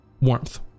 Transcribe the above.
warmth